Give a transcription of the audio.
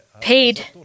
paid